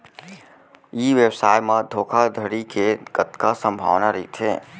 ई व्यवसाय म धोका धड़ी के कतका संभावना रहिथे?